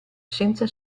senza